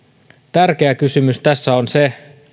tärkeä kysymys tässä on se